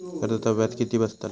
कर्जाचा व्याज किती बसतला?